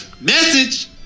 Message